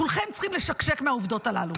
כולכם צריכים לשקשק מהעובדות הללו.